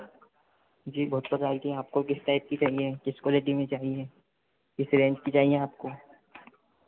जी बहुत प्रकार की हैं आपको किस टाइप की चाहिए किस क्वालिटी में चाहिए किस रेन्ज की चाहिए आपको